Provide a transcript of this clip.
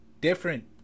different